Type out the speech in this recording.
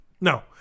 No